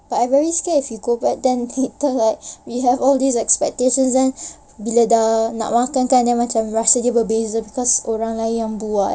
but I very scared if we go back then later like we have all these expectations then bila dah nak makan then macam rasa dia berbeza cause orang lain yang buat